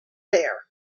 there